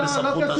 לא, לא קשור.